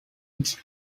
its